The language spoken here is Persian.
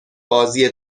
بازی